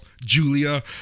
Julia